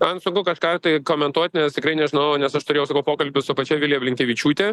man sunku kažką tai komentuot nes tikrai nežinau nes aš turėjau sakau pokalbį su pačia vilija blinkevičiūte